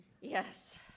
Yes